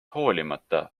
hoolimata